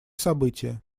событие